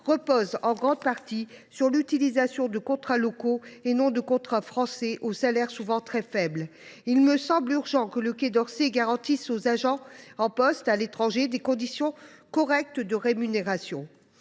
repose en grande partie sur l’utilisation de contrats locaux, et non de contrats français, aux salaires souvent très faibles. Il est urgent que le Quai d’Orsay garantisse aux agents en poste à l’étranger des conditions correctes de rémunération.